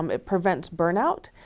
um it prevents burnout,